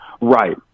Right